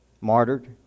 martyred